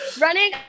running